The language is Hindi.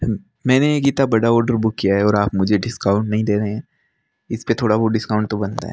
मैंने ये कितना बड़ा ऑर्डर बुक किया है और आप मुझे डिस्काउंट नहीं दे रहें हैं इसपे थोड़ा बहुत डिस्काउंट तो बनता है